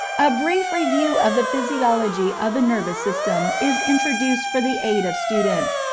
a brief review of the physiology of the nervous system is introduced for the aid of students,